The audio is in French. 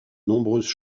nombreuses